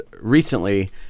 recently